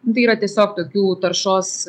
tai yra tiesiog tokių taršos